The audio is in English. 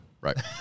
Right